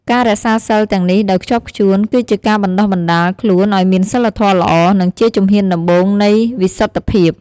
ការរក្សាសីលទាំងនេះដោយខ្ជាប់ខ្ជួន គឺជាការបណ្តុះបណ្តាលខ្លួនឱ្យមានសីលធម៌ល្អ និងជាជំហានដំបូងនៃវិសុទ្ធិភាព។